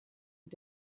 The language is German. und